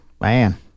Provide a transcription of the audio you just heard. man